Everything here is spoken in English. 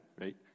right